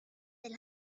del